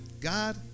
God